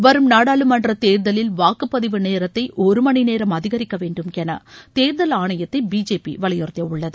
வரும் நாடாளுமன்ற தேர்தலில் வாக்குப் பதிவு நேரத்தை ஒரு மணி நேரம் அதிகரிக்க வேண்டும் என தேர்தல் ஆணையத்தை பிஜேபி வலியுறுத்தியுள்ளது